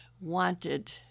wanted